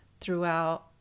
throughout